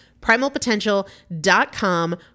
Primalpotential.com